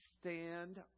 stand